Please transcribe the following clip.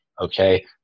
okay